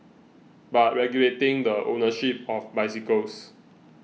but regulating the ownership of bicycles